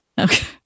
Okay